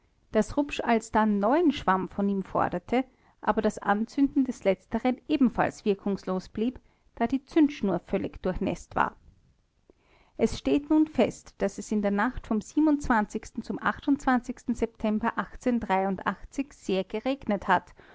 daß rupsch alsdann neuen schwamm von ihm forderte aber das anzünden des letzteren ebenfalls wirkungslos blieb da die zündschnur vollständig durchnäßt war es steht nun fest daß es in der nacht vom zum september sehr geregnet hat